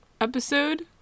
episode